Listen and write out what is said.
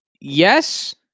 yes